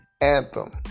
anthem